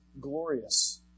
glorious